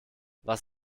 was